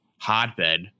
hotbed